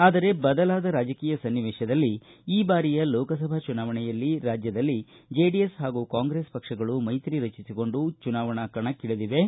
ಆದರೆ ಬದಲಾದ ರಾಜಕೀಯ ಸನ್ನಿವೇಶದಲ್ಲಿ ಈ ಬಾರಿಯ ಲೋಕಸಭಾ ಚುನಾವಣೆಯಲ್ಲಿ ರಾಜ್ಯದಲ್ಲಿ ಜೆಡಿಎಸ್ ಹಾಗೂ ಕಾಂಗ್ರೆಸ್ ಪಕ್ಷಗಳು ಮೈತ್ರಿ ರಚಿಸಿಕೊಂಡು ಚುನಾವಣಾ ಕಣಕ್ಕಿಳಿದಿವೆ